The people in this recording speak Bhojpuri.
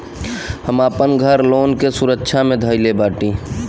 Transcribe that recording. हम आपन घर लोन के सुरक्षा मे धईले बाटी